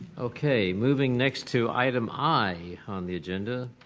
okay, moving next to item i on the agenda.